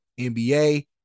NBA